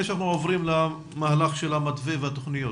שאנחנו עוברים למהלך של המתווה והתוכניות.